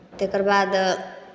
तेकर बाद